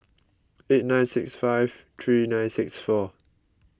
eight nine six five three nine six four